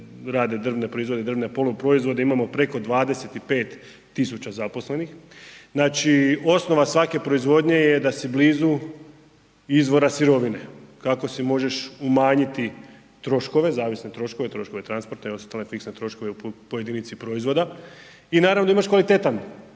rade drvne proizvode i drvne poluproizvode imamo preko 25 tisuća zaposlenih. Znači osnova svake proizvodnje je da si blizu izvora sirovine kako si možeš umanjiti troškove, zavisne troškove, troškove transporta i ostale fiksne troškove po jedinici proizvoda i naravno imaš kvalitetnu